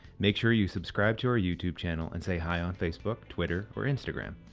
make sure you subscribe to our youtube channel and say hi on facebook, twitter or instagram.